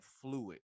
fluid